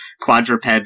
quadruped